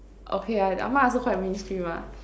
okay ah mine also quite mainstream ah